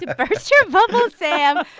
ah but burst your bubble, sam,